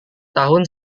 tahun